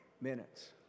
Minutes